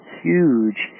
huge